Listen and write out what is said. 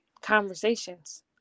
conversations